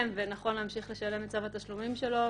ונכון להמשיך לשלם את צו התשלומים שלו,